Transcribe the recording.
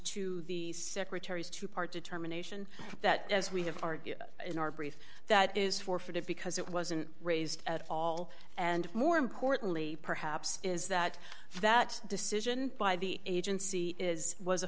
to the secretary's two part determination that as we have argued in our brief that is forfeited because it wasn't raised at all and more importantly perhaps is that that decision by the agency is was